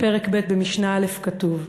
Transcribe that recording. פרק ב', משנה א', כתוב: